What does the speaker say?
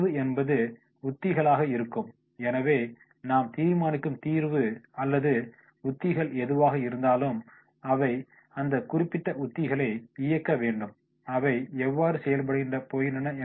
தீர்வு என்பது உத்திகளாக இருக்கும் எனவே நாம் தீர்மானிக்கும் தீர்வு அல்லது உத்திகள் எதுவாக இருந்தாலும் அவை அந்த குறிப்பிட்ட உத்திகளை இயக்க வேண்டும் அவை எவ்வாறு செயல்படப் போகின்றன